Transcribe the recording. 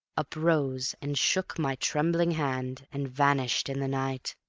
uprose and shook my trembling hand and vanished in the night.